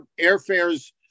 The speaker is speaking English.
airfares